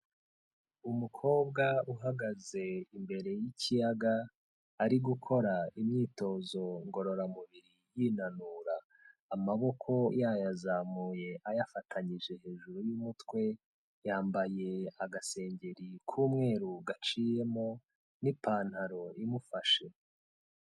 Umukobwa uhagaze imbere y'ikiyaga ari gukora imyitozo ngororamubiri yinanura, amaboko yayazamuye ayafatanyije hejuru y'umutwe, yambaye agasengeri k'umweru gaciyemo n'ipantaro imufashe.